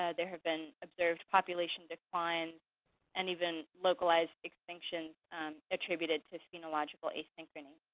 ah there have been observed population decline and even localized extinction attributed to phenological asynchrony.